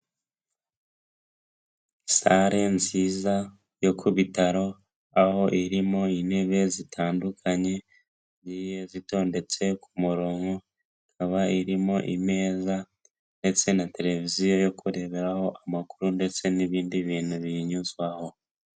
Sale nziza yo ku bitaro, aho irimo inebe zitandukanye, zigiye zitondetse ku muronko, ikaba irimo imeza ndetse na televiziyo yo kureberaho amakuru ndetse n'ibindi bintu biyinyuzwaho.